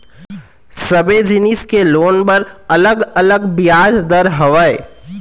सबे जिनिस के लोन बर अलग अलग बियाज दर हवय